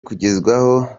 kugezwaho